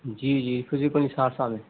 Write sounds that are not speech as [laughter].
جی جی [unintelligible] سہرسہ میں